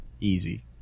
easy